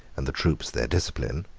and the troops their discipline,